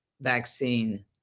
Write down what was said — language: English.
vaccine